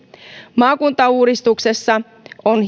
maakuntauudistuksessa on